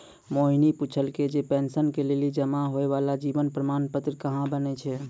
मोहिनी पुछलकै जे पेंशन के लेली जमा होय बाला जीवन प्रमाण पत्र कहाँ बनै छै?